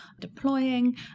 deploying